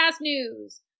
News